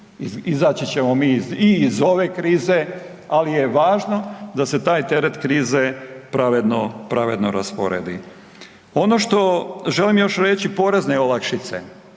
izaći ćemo mi i iz ove krize, ali je važno da se taj teret krize pravedno, pravedno rasporedi. Ono što želim još reći porezne olakšice,